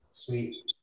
Sweet